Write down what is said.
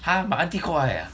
!huh! my auntie 过来 ah